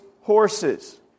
horses